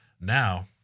Now